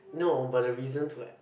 no but the reason to